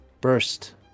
burst